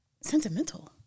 sentimental